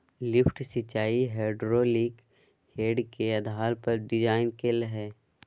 lift सिंचाई hydraulic head के आधार पर डिजाइन कइल हइ